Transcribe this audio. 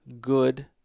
good